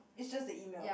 it's just the email